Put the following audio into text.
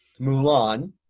Mulan